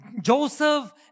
Joseph